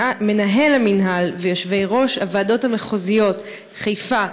מנהל המינהל ויושבי-ראש הועדות המחוזיות חיפה,